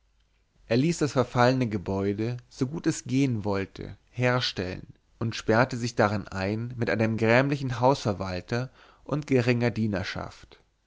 er ließ das verfallene gebäude so gut es gehen wollte herstellen und sperrte sich darin ein mit einem grämlichen hausverwalter und geringer dienerschaft